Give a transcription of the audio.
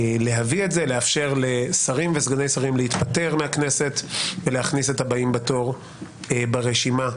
לאפשר לשרים ולסגני שרים להתפטר מהכנסת ולהכניס את הבאים בתור לרשימה,